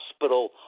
hospital